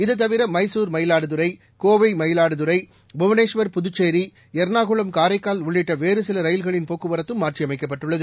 இதுதவிர மைசூர் மயிலாடுதுறை கோவை மயிலாடுதுறை புவனேஸ்வர் புதுச்சேரி எர்ணாகுளம் காரைக்கால் உள்ளிட்டவேறுசிலரயில்களின் போக்குவரத்தும் மாற்றியமைக்கப்பட்டுள்ளது